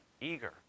eager